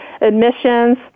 admissions